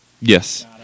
Yes